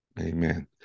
Amen